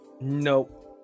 nope